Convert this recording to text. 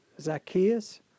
Zacchaeus